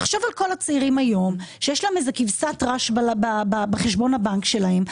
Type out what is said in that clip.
תחשוב על כל הצעירים היום שיש להם איזה כבשת רש בחשבון הבנק שלהם,